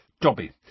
Dobby